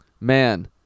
man